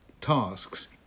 tasks